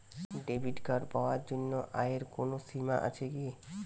Debit card পাওয়ার জন্য আয়ের কোনো সীমা আছে কি?